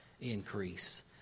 increase